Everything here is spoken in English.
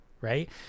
Right